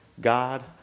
God